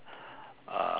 uh